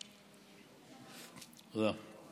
תודה.